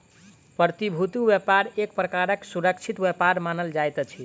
प्रतिभूति व्यापार एक प्रकारक सुरक्षित व्यापार मानल जाइत अछि